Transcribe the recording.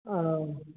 आअ